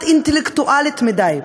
את אינטלקטואלית מדי.